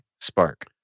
spark